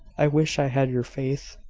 i wish i had your faith.